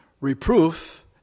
Reproof